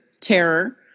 terror